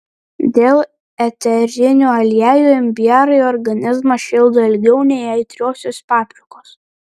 dėl eterinių aliejų imbierai organizmą šildo ilgiau nei aitriosios paprikos